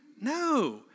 No